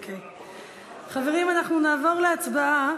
חברים, אנחנו נעבור להצבעה